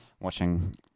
watching